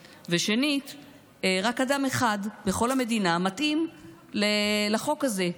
2. רק אדם אחד בכל המדינה מתאים לחוק הזה,